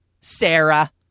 Sarah